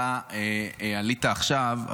אתה עלית עכשיו,